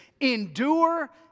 endure